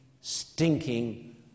stinking